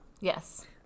yes